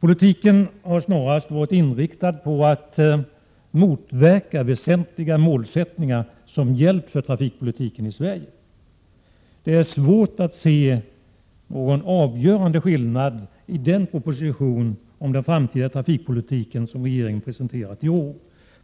Politiken har snarast varit inriktad på att motverka de målsättningar som gällt för trafikpolitiken i Sverige. Det är svårt att se någon avgörande skillnad i den proposition om den framtida trafikpolitiken som regeringen presenterat i år.